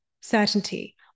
certainty